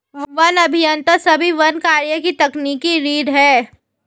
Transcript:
one अभियंता सभी वन कार्यों की तकनीकी रीढ़ हैं